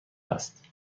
است